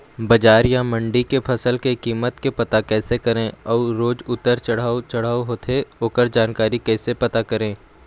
बजार या मंडी के फसल के कीमत के पता कैसे करें अऊ रोज उतर चढ़व चढ़व होथे ओकर जानकारी कैसे पता करें?